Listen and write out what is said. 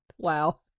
Wow